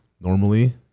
normally